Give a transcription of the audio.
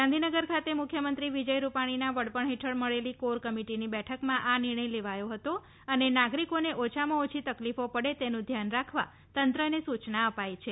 ગાંધીનગર ખાતે મુખ્યમંત્રી વિજય રૂપાણીના વડપણ હેઠળ મળેલી કોર કમિટીની બેઠકમાં આ નિર્ણય લેવાયો હતો અને નાગરિકોને ઓછામાં ઓછી તકલીફો પડે તેનું ધ્યાન રાખવા તંત્રને સૂચના અપાઈ છે